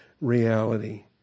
reality